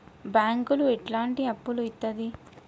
బ్యాంకులు ఎట్లాంటి అప్పులు ఇత్తది?